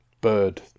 Bird